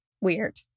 Weird